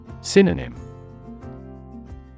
Synonym